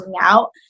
out